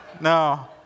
No